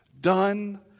done